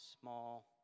small